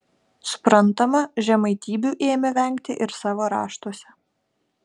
suprantama žemaitybių ėmė vengti ir savo raštuose